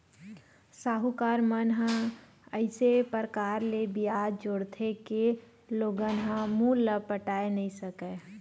साहूकार मन ह अइसे परकार ले बियाज जोरथे के लोगन ह मूल ल पटाए नइ सकय